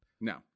No